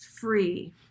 free